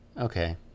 Okay